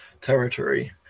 territory